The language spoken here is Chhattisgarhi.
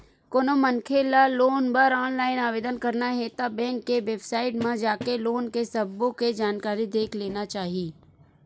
कोनो मनखे ल लोन बर ऑनलाईन आवेदन करना हे ता बेंक के बेबसाइट म जाके लोन के सब्बो के जानकारी देख लेना चाही